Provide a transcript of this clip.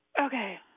Okay